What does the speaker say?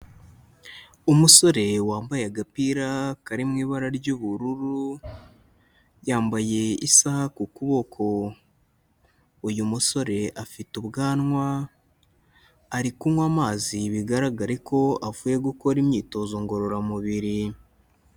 Umusore wambaye agapira kari mu ibara ry'ubururu, yambaye isaha ku kuboko, uyu musore afite ubwanwa, ari kunywa amazi bigaragare ko avuye gukora imyitozo ngororamubiri.